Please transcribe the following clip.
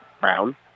Brown